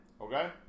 Okay